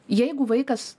jeigu vaikas